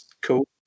cool